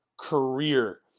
career